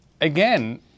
again